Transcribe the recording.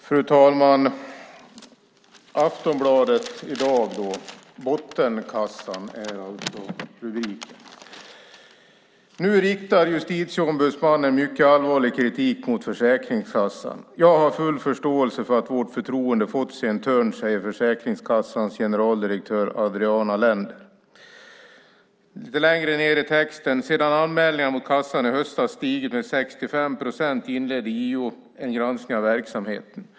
Fru talman! I Aftonbladet i dag är rubriken Bottenkassan. "Nu riktar Justitieombudsmannen mycket allvarlig kritik mot kassan. - Jag har full förståelse för att vårt förtroende fått sig en törn, säger Försäkringskassans generaldirektör Adriana Lender." Lite längre ned i texten står följande: "Sedan anmälningarna mot kassan i höstas stigit med 65 procent inledde Justitieombudsmannen . en granskning av verksamheten.